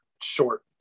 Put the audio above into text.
short